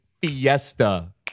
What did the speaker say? fiesta